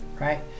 Right